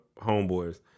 homeboys